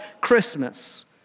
Christmas